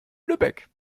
lübeck